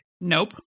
Nope